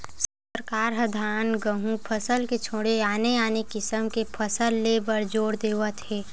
सरकार ह धान, गहूँ फसल के छोड़े आने आने किसम के फसल ले बर जोर देवत हे